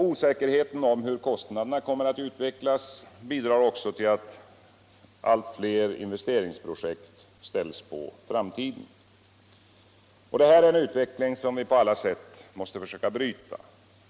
Osäkerheten om hur kostnaderna kommer att utvecklas bidrar också till att allt fler investeringsprojekt ställs på framtiden. Detta är en utveckling som vi på alla sätt måste försöka bryta.